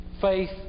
Faith